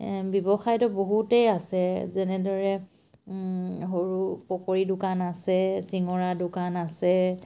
ব্যৱসায়টো বহুতেই আছে যেনেদৰে সৰু পকৰী দোকান আছে চিঙৰা দোকান আছে